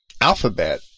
alphabet